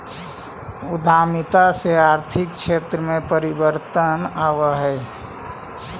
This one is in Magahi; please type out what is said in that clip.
उद्यमिता से आर्थिक क्षेत्र में परिवर्तन आवऽ हई